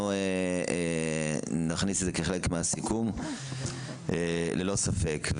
אנחנו נכניס את זה כחלק מהסיכום ללא ספק,